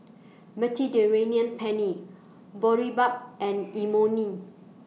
Mediterranean Penne Boribap and Imoni